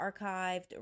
archived